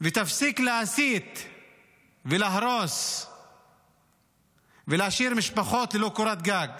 ותפסיק להסית ולהרוס ולהשאיר משפחות ללא קורת גג.